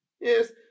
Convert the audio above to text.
Yes